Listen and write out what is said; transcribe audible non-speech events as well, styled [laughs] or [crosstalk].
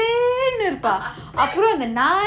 [laughs]